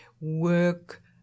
work